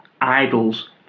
idols